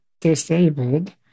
disabled